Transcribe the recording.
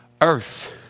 earth